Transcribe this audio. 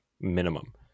minimum